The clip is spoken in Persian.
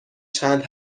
چند